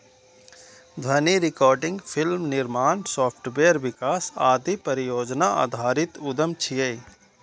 ध्वनि recording, film निर्माण, software विकास आदि परियोजना आधारित उद्यम छियै